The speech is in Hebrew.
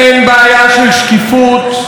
אין בעיה של שקיפות,